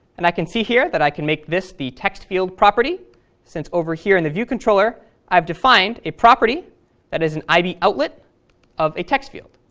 and i can see here that i can make this the text field property since over here in the view controller i've defined a property that is an iboutlet of a text field.